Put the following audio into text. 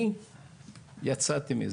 אני יצאתי מזה,